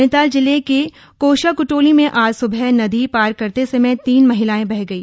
नैनीताल जिले के कोश्याक्टोली में आज स्बह नदी पार करते समय तीन महिलाएं बह गई